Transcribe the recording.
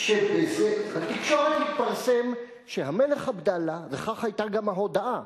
בתקשורת התפרסם שהמלך עבדאללה וכך היתה גם ההודעה,